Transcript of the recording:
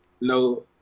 no